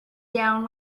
down